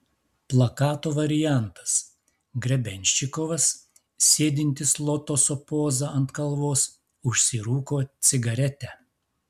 plakato variantas grebenščikovas sėdintis lotoso poza ant kalvos užsirūko cigaretę